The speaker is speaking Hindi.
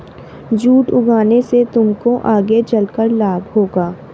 जूट उगाने से तुमको आगे चलकर लाभ होगा